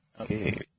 Okay